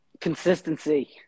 Consistency